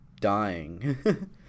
dying